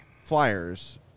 Flyers